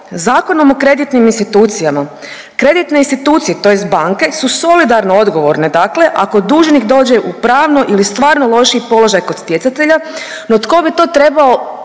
Zakonom o kreditnim institucijama, kreditne institucije tj. banke su solidarno odgovorne dakle ako dužnik dođe u pravno ili stvarno lošiji položaj kod stjecatelja no tko bi to trebao